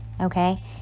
okay